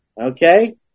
Okay